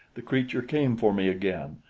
the creature came for me again,